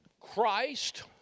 Christ